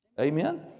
Amen